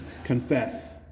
confess